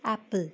apple